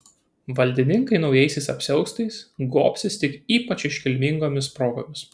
valdininkai naujaisiais apsiaustais gobsis tik ypač iškilmingomis progomis